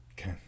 Okay